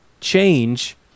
change